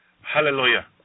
Hallelujah